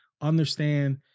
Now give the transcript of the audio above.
understand